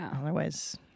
Otherwise